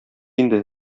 инде